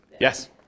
Yes